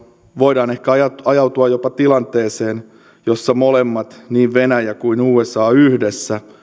voidaan ehkä ajautua ajautua jopa tilanteeseen jossa molemmat niin venäjä kuin usa yhdessä